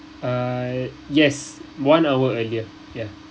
uh yes one hour earlier ya